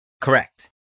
Correct